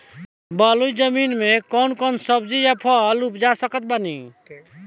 बलुई जमीन मे कौन कौन सब्जी या फल उपजा सकत बानी?